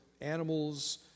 animals